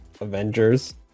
avengers